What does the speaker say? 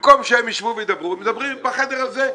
במקום שהם ישבו וידברו, הם מדברים בחדר הזה.